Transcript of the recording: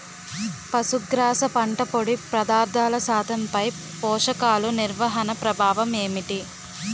పశుగ్రాస పంట పొడి పదార్థాల శాతంపై పోషకాలు నిర్వహణ ప్రభావం ఏమిటి?